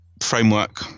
Framework